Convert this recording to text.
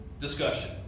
discussion